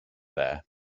there